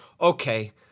okay